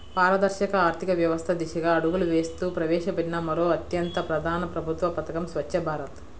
పారదర్శక ఆర్థిక వ్యవస్థ దిశగా అడుగులు వేస్తూ ప్రవేశపెట్టిన మరో అత్యంత ప్రధాన ప్రభుత్వ పథకం స్వఛ్చ భారత్